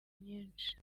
nyinshi